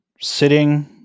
sitting